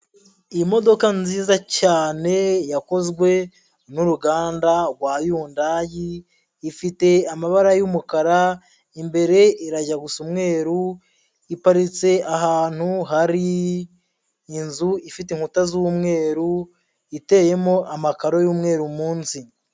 Imodoka nziza cyane yakozwe n'uruganda rwa Yundayi, ifite amabara y'umukara, imbere irajya gusa umweru, iparitse ahantu hari inzu ifite inkuta z'umweru iteyemo amakaro y'umweru munsi.